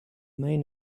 main